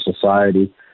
society